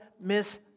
miss